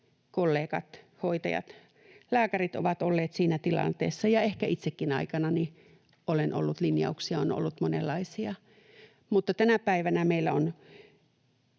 kollegat, hoitajat, lääkärit ovat olleet siinä tilanteessa ja ehkä itsekin aikanani olen ollut. Linjauksia on ollut monenlaisia. Mutta tänä päivänä meillä on